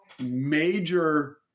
major